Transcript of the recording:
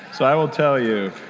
so i will tell you,